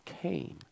came